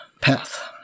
path